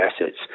assets